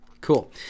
Cool